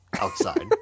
outside